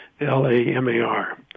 L-A-M-A-R